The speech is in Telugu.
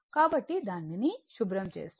కాబట్టి దానిని శుభ్రం చేస్తాను